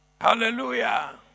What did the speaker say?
Hallelujah